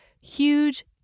Huge